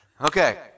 Okay